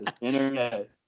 Internet